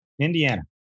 Indiana